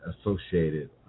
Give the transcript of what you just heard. associated